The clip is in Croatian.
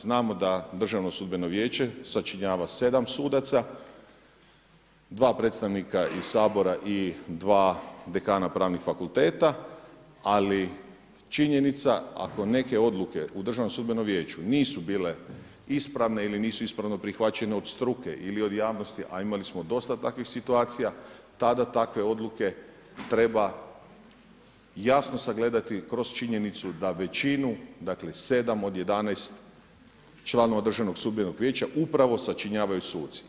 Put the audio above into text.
Znamo da Državno sudbeno vijeće sačinjava 7 sudaca, dva predstavnika iz Sabora i dva dekana pravnih fakulteta, ali činjenica ako neke odluke u Državnom sudbenom vijeću nisu bile ispravne ili nisu ispravno prihvaćene od struke ili od javnosti, a imali smo dosta takvih situacija, tada takve odluke treba jasno sagledati kroz činjenicu da većinu dakle 7 od 11 članova Državnog sudbenog vijeća upravo sačinjavaju suci.